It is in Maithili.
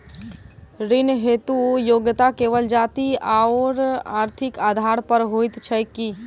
ऋण हेतु योग्यता केवल जाति आओर आर्थिक आधार पर होइत छैक की?